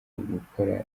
gukora